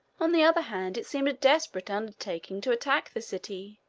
on the other hand, it seemed a desperate undertaking to attack the city.